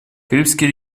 карибский